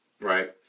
right